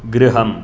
गृहम्